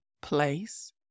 Place